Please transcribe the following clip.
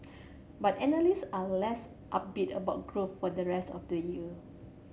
but analyst are less upbeat about growth for the rest of the year